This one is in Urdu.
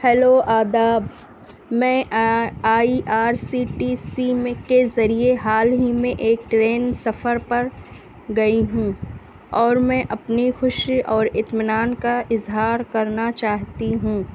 ہیلو آداب میں I R C T C میں کے ذریعے حال ہی میں ایک ٹرین سفر پر گئی ہوں اور میں اپنی خوشی اور اطمینان کا اظہار کرنا چاہتی ہوں